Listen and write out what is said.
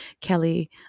Kelly